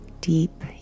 deep